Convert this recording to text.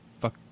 fuck